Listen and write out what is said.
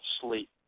sleep